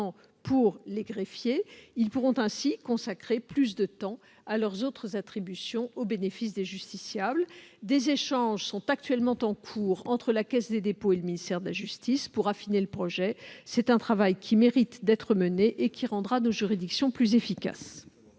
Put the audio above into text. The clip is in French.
pour les greffiers, lesquels pourront ainsi consacrer plus de temps à leurs autres attributions au bénéfice des justiciables. Des échanges sont en cours entre la Caisse des dépôts et le ministère de la justice pour affiner le projet. C'est un travail qui mérite d'être mené et qui rendra nos juridictions plus efficaces.